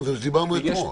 זה מה שדיברנו אתמול.